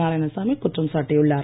நாராயணசாமி குற்றம் சாட்டியுள்ளார்